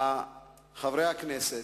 חברי הכנסת,